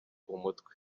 umutwe